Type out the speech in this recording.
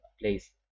place